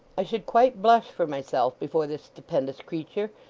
i should quite blush for myself before this stupendous creature,